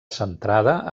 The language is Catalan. centrada